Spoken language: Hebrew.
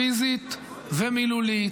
פיזית ומילולית.